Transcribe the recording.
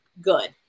good